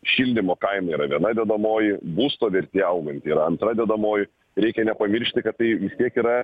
šildymo kaina yra viena dedamoji būsto vertė auganti yra antra dedamoji reikia nepamiršti kad tai vis tiek yra